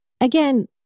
Again